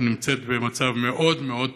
נמצאת במצב מאוד מאוד פרובלמטי.